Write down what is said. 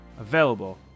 available